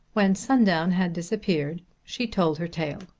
when sundown had disappeared she told her tale.